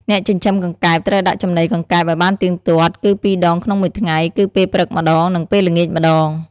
អ្នកចិញ្ចឹមកង្កែបត្រូវដាក់ចំណីកង្កែបឲ្យបានទៀងទាត់ គឺពីរដងក្នុងមួយថ្ងៃ គឺពេលព្រឹកម្ដង និងពេលល្ងាចម្ដង។